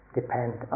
depend